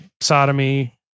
sodomy